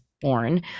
born